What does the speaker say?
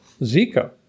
Zika